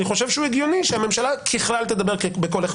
אני חושב שהגיוני שהממשלה ככלל תדבר בקול אחד.